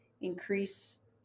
increase